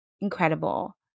incredible